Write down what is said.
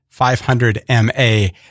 500MA